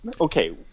Okay